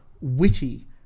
witty